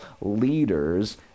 leaders